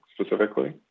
specifically